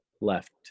left